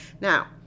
Now